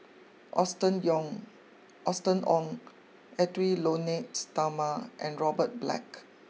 Austen Yong Austen Ong Edwy Lyonet Talma and Robert Black